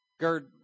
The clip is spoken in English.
Gerd